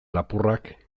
lapurrak